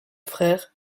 frère